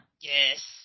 Yes